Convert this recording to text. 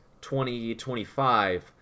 2025